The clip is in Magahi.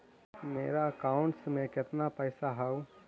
मेरा अकाउंटस में कितना पैसा हउ?